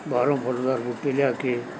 ਬਾਹਰੋਂ ਫੁੱਲਦਾਰ ਬੂਟੇ ਲਿਆ ਕੇ